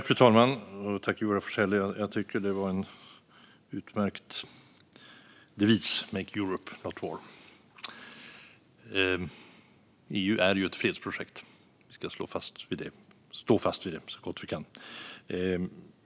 Fru talman! Jag tycker att Make Europe, not War är en utmärkt devis. EU är ju ett fredsprojekt, och det ska vi stå fast vid så gott vi kan.